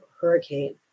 hurricane